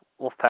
Wolfpack